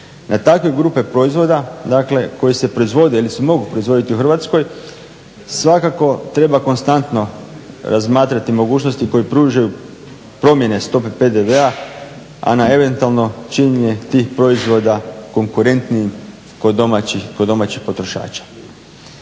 Na takve grupe proizvoda koji se proizvode ili se mogu proizvoditi u Hrvatskoj svakako treba konstantno razmatrati mogućnosti koje pružaju promjene stope PDV-a, a na eventualno činjenje tih proizvoda konkurentnijim kod domaćih potrošača.